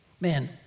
man